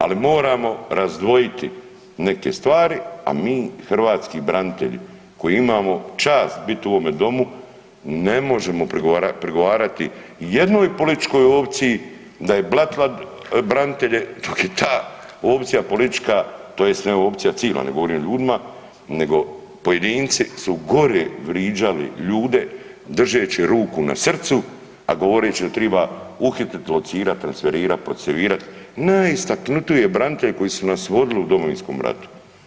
Ali moramo razdvojiti neke stvari, a mi hrvatski branitelji koji imamo čast biti u ovom domu ne možemo prigovarati jednoj političkoj opciji da je blatila branitelje dok je ta opcija politička tj. ne govorim o ljudima, nego pojedinci su gore vriđali ljude držeći ruku na srcu, a govoreći da triba uhititi, locirat, transferirat, procesuirat najistaknutije branitelje koji su nas vodili u Domovinskom ratu.